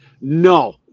No